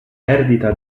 perdita